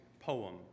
poem